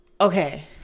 okay